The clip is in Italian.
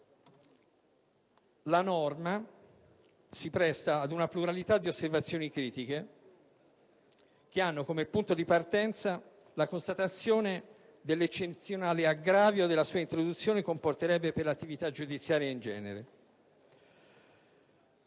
La norma si presta ad una pluralità di osservazioni critiche che hanno, come punto di partenza, la constatazione dell'eccezionale aggravio che la sua introduzione comporterebbe per l'attività giudiziaria in generale.